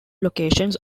locations